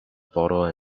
bottle